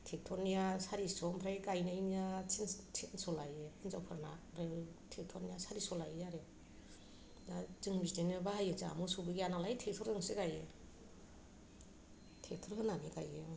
ट्रेक्टरना सारिस गायग्रानिया थिनस लायो हिनजावफोरना बिदिनो ट्रेक्टर निया सारिस लायो आरो दा जों बिदिनो बाहायो मोसौबो गैया नालाय जोंहा ट्रेक्टर जोंसो गायो ट्रेक्टर होनानै गायो